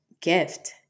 gift